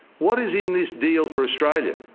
what is in this deal for australia?